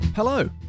Hello